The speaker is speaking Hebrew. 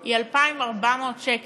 היא 2,400 שקלים.